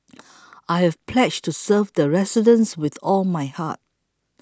I have pledged to serve the residents with all my heart